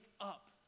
up